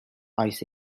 ice